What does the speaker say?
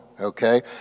okay